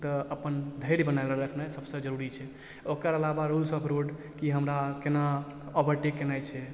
तऽ अपन धैर्य बनाइल रखनाइ सभसँ जरूरी छै ओकर अलावा रूल्स ऑफ रोड कि हमरा केना ओवरटेक केनाइ छै